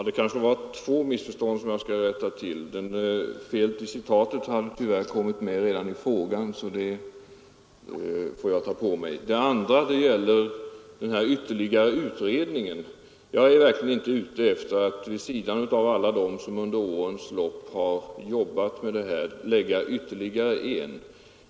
Herr talman! Det var två missförstånd som jag skulle vilja rätta till. Felet i citatet hade tyvärr kommit med redan i frågan, så det får jag ta på mig. Det andra gäller den här ytterligare utredningen. Jag är verkligen inte ute efter att till raden av alla de utredningar som under årens lopp ' har jobbat med detta problem lägga ytterligare en.